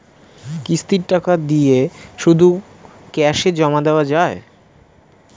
কিস্তির টাকা দিয়ে শুধু ক্যাসে জমা দেওয়া যায়?